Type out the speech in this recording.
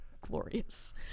Glorious